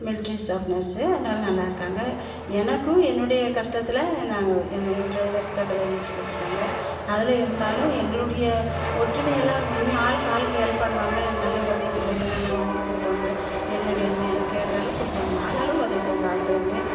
military staff nurse அதனால் நல்லா இருக்காங்க எனக்கும் என்னுடைய கஷ்டத்தில் நாங்கள் என்னை ட்ரைவருக்கு தான் கல்யாணம் முடித்து கொடுத்துருக்காங்க அதில் இருந்தாலும் எங்களுடைய ஒற்றுமையெல்லாம் உண்மையாக ஆளுக்கு ஆளுக்கு ஹெல்ப் பண்ணுவாங்க நல்லா உதவி செய்வாங்க நல்லா வாங்கி கொடுப்பாங்க என்ன வேணுமே எதைக் கேட்டாலும் கொடுப்பாங்க ஆளாளு உதவி செய்யுங்க ஆறு பேருமே